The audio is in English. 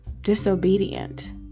disobedient